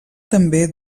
també